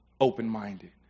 open-minded